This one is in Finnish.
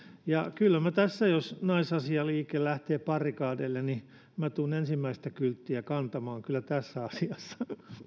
ja kyllä minä jos naisasialiike lähtee barrikadeille tulen ensimmäistä kylttiä kantamaan tässä asiassa